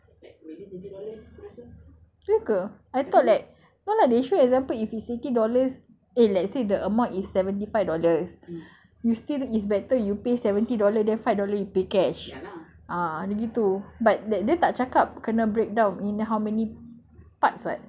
ya ke I thought like no lah they showed example if it's eighty dollars eh let's say the amount is seventy five dollars you still it's better you pay seventy dollar then five dollar you pay cash ah dia begitu but that dia tak cakap kena breakdown in how many parts [what] dia cuma cakap cannot stack